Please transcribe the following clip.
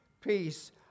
peace